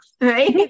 right